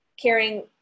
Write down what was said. caring